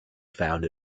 found